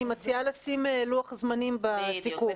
אני מציעה לשים לוח זמנים בסיכום.